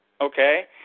okay